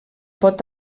pot